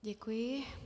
Děkuji.